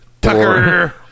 Tucker